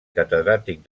catedràtic